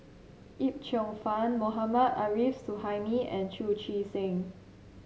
Yip Cheong Fun Mohammad Arif Suhaimi and Chu Chee Seng